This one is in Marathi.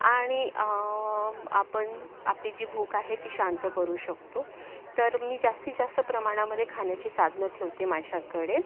आणि आपण आपली जी भूक आहे ती शांत करू शकतो तर मी जास्तीत जास्त प्रमाणामध्ये खाण्याची साधनं ठेवते माझ्याकडे